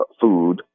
food